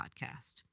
podcast